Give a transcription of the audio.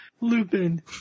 Lupin